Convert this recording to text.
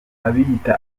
abiyita